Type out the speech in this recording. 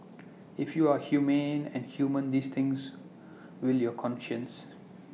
if you are humane and human these things will your conscience